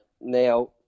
Now